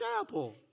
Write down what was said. apple